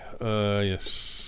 yes